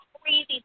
crazy